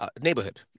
neighborhood